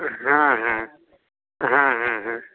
হ্যাঁ হ্যাঁ হ্যাঁ হ্যাঁ হ্যাঁ